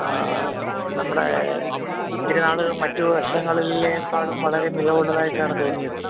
ആ നമ്മുടെ പെരുന്നാൾ മറ്റ് വർഷങ്ങളിലെ കാളും വളരെ മികവുള്ളതായിട്ടാണ് തോന്നിയത്